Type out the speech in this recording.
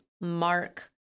Mark